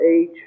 age